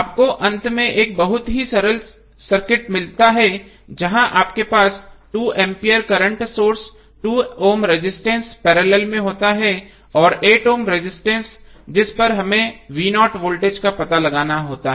आपको अंत में एक बहुत ही सरल सर्किट मिलता है जहां आपके पास 2 ampere current source 2 ohm resistance parallel में होता है और 8 ओम रजिस्टेंस जिस पर हमें वोल्टेज का पता लगाना होता है